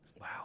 Wow